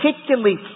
particularly